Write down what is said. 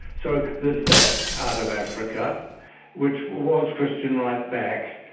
so there's that part of africa which was christian right back,